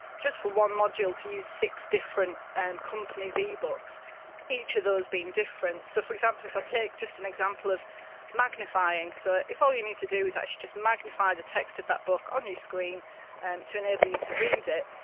just for one module, to use six different and companies' ebooks each of those being different. so, for example, if i take just an example of magnifying, so if all you need to do is actually just magnify the text of that book on your screen and to enable you to read it,